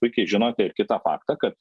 puikiai žinote ir kitą faktą kad